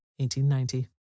1890